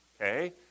okay